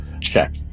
check